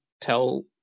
tell